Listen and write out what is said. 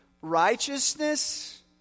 righteousness